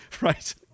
right